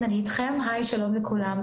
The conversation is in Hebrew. כן, אני אתכם, שלום לכולם.